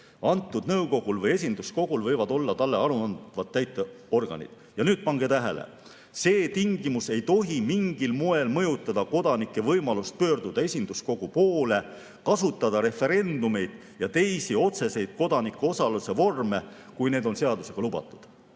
Antud nõukogul või esinduskogul võivad olla talle aruandvad täitevorganid." Ja nüüd pange tähele: "See tingimus ei tohi mingil moel mõjutada kodanike võimalust pöörduda esinduskogu poole, kasutada referendumeid ja teisi otseseid kodanikuosaluse vorme, kui need on seadusega lubatud."